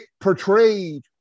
portrayed